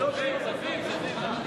לוועדה שתקבע ועדת